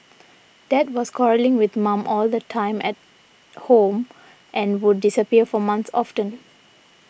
dad was quarrelling with mum all the time at home and would disappear for months often